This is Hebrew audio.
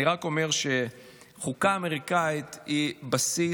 אני רק אומר שהחוקה האמריקאית היא בסיס